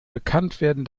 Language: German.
bekanntwerden